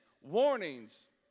warnings